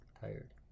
Tired